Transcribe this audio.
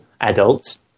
adults